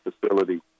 facility